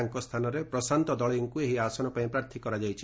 ତାଙ୍କ ସ୍ଥାନରେ ପ୍ରଶାନ୍ତ ଦଳେଇଙ୍କୁ ଏହି ଆସନ ପାଇଁ ପ୍ରାର୍ଥୀ କରାଯାଇଛି